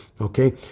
Okay